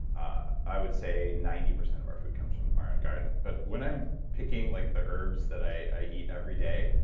ah i would say ninety percent of our food comes from our own garden. but when i'm picking like the herbs that i eat every day,